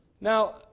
Now